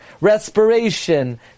respiration